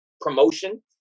Promotion